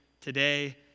today